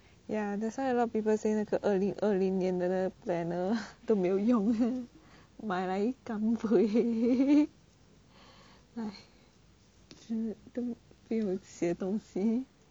ya that's why a lot of people say 那个二零二零年的 planner 都没有用买来 kam pui !hais! 都没有写东西